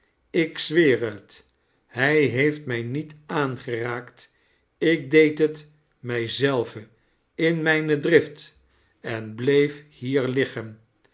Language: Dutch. ik zweer het hij heeft mij niet aangeraakt ik deed he t mij zelve in mijae drift en bleef hier liggen